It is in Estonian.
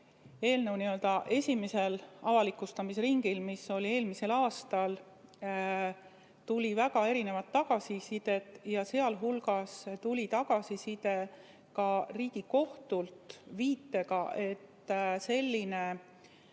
eelnõu n-ö esimesel, avalikustamise ringil, mis oli eelmisel aastal, tuli väga erinevat tagasisidet. Muu hulgas tuli tagasisidet ka Riigikohtult viitega, et selline